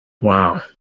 Wow